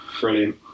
Brilliant